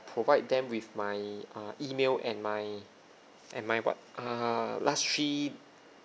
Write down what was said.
provide them with my uh email and my and my what err last three